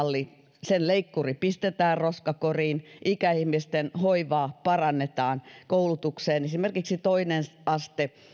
me odotamme aktiivimallin leikkuri pistetään roskakoriin ikäihmisten hoivaa parannetaan koulutuksessa esimerkiksi toinen aste